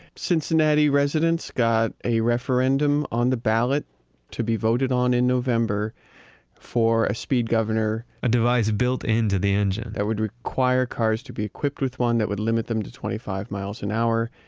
cincinnati residents got a referendum on the ballot to be voted on in november for a speed governor a device built into the engine that would require cars to be equipped with one that would limit them to twenty five miles an hour.